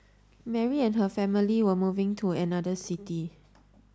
Mary and her family were moving to another city